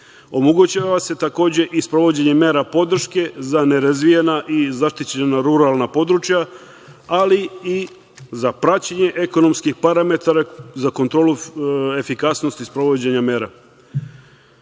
Omogućava se, takođe, i sprovođenje mera podrške za nerazvijena i zaštićena ruralna područja, ali i za praćenje ekonomskih parametara za kontrolu efikasnosti sprovođenja